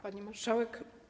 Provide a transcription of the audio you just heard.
Pani Marszałek!